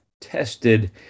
tested